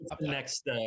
next